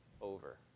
over